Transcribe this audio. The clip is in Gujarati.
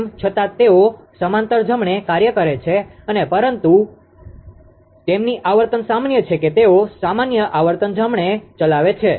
તેમ છતાં તેઓ સમાંતર જમણે કાર્ય કરે છે અને પરંતુ તેમની આવર્તન સામાન્ય છે કે જે તેઓ સામાન્ય આવર્તન જમણે ચલાવે છે